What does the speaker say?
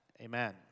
amen